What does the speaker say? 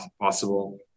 possible